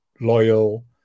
loyal